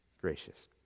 gracious